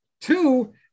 Two